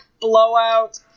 blowout